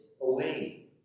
away